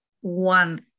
one